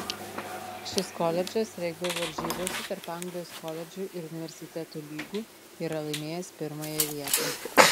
šis koledžas regbio varžybose tarp anglijos koledžų ir universitetų lygų yra laimėjęs pirmąją vietą